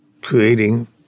creating